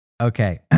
Okay